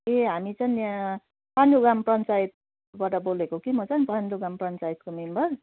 ए हामी चाहिँ यहाँ पान्डू ग्राम पञ्चायतबाट बोलेको कि म चाहिँ पान्डू ग्राम पञ्चायतको मेम्बर